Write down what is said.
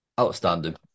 Outstanding